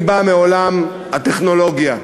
אני בא מעולם הטכנולוגיה,